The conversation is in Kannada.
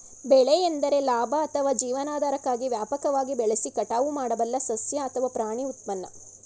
ಬೆಳೆ ಎಂದರೆ ಲಾಭ ಅಥವಾ ಜೀವನಾಧಾರಕ್ಕಾಗಿ ವ್ಯಾಪಕವಾಗಿ ಬೆಳೆಸಿ ಕಟಾವು ಮಾಡಬಲ್ಲ ಸಸ್ಯ ಅಥವಾ ಪ್ರಾಣಿ ಉತ್ಪನ್ನ